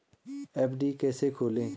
FD कैसे खोलें?